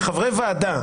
כחברי ועדה,